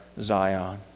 zion